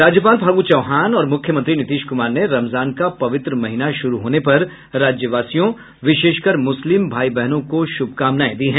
राज्यपाल फागू चौहान और मुख्यमंत्री नीतीश कुमार ने रमजान का पवित्र महीना शुरू होने पर राज्यवासियों विशेषकर मुस्लिम भाई बहनों को शुभाकामनाएं दी हैं